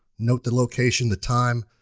note the location, the time,